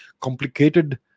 complicated